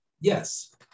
Yes